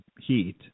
Heat